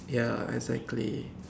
ya exactly